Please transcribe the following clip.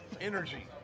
energy